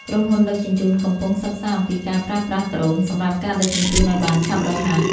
ក្រុមហ៊ុនដឹកជញ្ជូន កំពុងសិក្សាអំពីការប្រើប្រាស់ដ្រូន សម្រាប់ការដឹកជញ្ជូនឱ្យបានឆាប់រហ័ស។